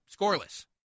scoreless